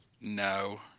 no